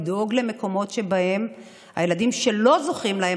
ולדאוג שבמקומות שבהם הילדים שלא זוכים להן